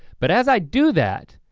but as i do that,